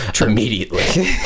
immediately